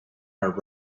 are